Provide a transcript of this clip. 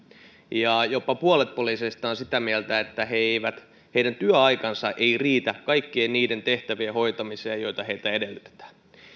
ja jopa puolet poliiseista on sitä mieltä että heidän työaikansa ei riitä kaikkien niiden tehtävien hoitamiseen joita heiltä edellytetään